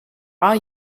are